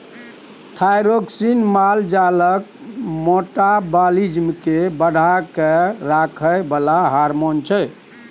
thyroxine माल जालक metabolism केँ बढ़ा कए राखय बला हार्मोन छै